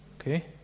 okay